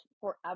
forever